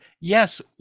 yes